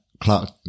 Clark